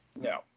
No